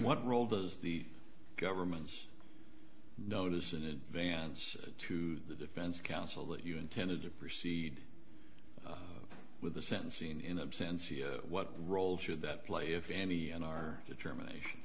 what role does the government notice in advance to the defense counsel that you intended to proceed with the sentencing in a sense here what role should that play if any in our determination